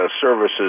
services